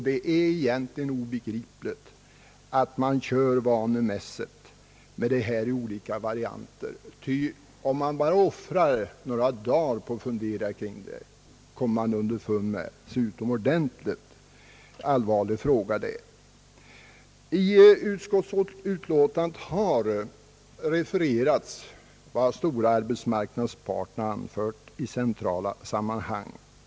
Det är mycket riktigt som sagts att man kör vanemässigt med dessa olika idéer, ty om man bara offrar några dagar på att fundera kring problemen kommer man underfund med vilken utomordentligt allvarlig fråga det rör sig om. I utskottets utlåtande har refererats vad de stora arbetsmarknadsparterna anfört i centrala sammanhang.